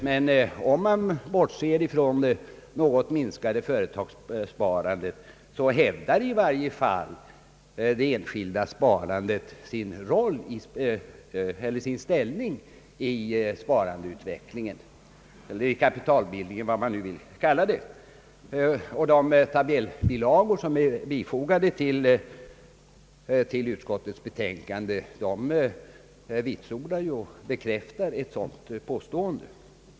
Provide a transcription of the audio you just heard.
Men om man bortser från det något minskade företagssparandet, så hävdar ändock det enskilda sparandet i sin helhet sin plats i sparandeutvecklingen — eller kapitalbildningen, om man hellre vill kalla det så. De tabellbilagor, som är fogade till utskottets betänkande, vitsordar och bekräftar ett sådant påstående.